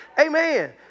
Amen